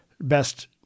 best